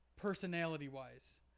personality-wise